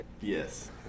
Yes